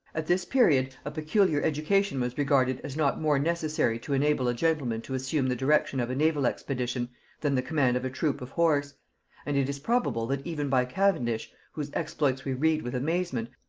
at this period, a peculiar education was regarded as not more necessary to enable a gentleman to assume the direction of a naval expedition than the command of a troop of horse and it is probable that even by cavendish, whose exploits we read with amazement,